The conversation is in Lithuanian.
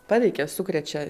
paveikia sukrečia